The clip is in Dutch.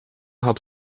had